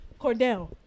cordell